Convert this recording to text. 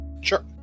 Sure